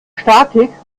statik